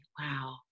wow